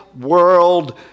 world